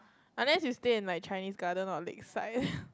unless you stay in like Chinese Garden or Lakeside